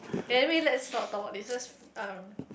can we let's not talk about this just um